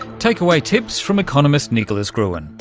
takeaway tips from economist nicholas gruen,